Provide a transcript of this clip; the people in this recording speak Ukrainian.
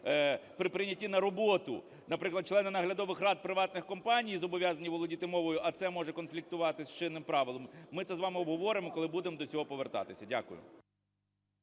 при прийнятті на роботу, наприклад, члени наглядових рад приватних компаній зобов'язані володіти мовою, а це може конфліктувати з чинним правилом, ми це з вами обговоримо, коли будемо до цього повертатись. Дякую.